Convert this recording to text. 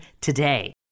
today